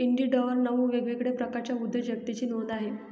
इंडिडवर नऊ वेगवेगळ्या प्रकारच्या उद्योजकतेची नोंद आहे